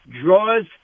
draws